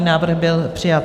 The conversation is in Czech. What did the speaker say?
Návrh byl přijat.